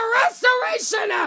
restoration